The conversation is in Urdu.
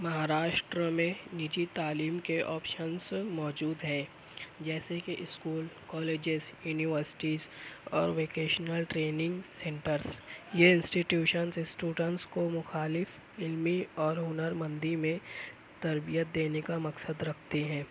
مہاراشٹر میں نجی تعلیم کے آپشنس موجود ہیں جیسے کہ اسکول کالجز یونیورسٹیز اور ووکیشنل ٹریننگ سینٹرس یہ انسٹیٹیوشنس اسٹوڈنس کو مخالف علمی اور ہنرمندی میں تربیت دینے کا مقصد رکھتے ہیں